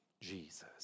Jesus